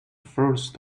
first